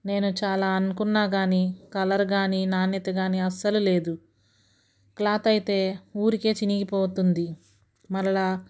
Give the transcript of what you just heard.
నేను చాలా అనుకున్న కాని కలర్ కాని నాణ్యత కాని అస్సలు లేదు క్లాత్ అయితే ఊరికే చినిగిపోతుంది మరలా